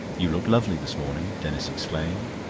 you look lovely this morning, denis exclaimed.